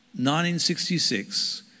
1966